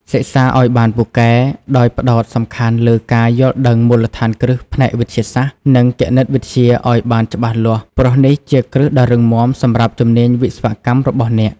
សិក្សាឲ្យបានពូកែ ដោយផ្តោតសំខាន់លើការ យល់ដឹងមូលដ្ឋានគ្រឹះផ្នែកវិទ្យាសាស្ត្រ និងគណិតវិទ្យាឲ្យបានច្បាស់លាស់ព្រោះនេះជាគ្រឹះដ៏រឹងមាំសម្រាប់ជំនាញវិស្វកម្មរបស់អ្នក។